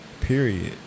Period